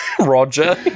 Roger